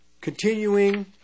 Continuing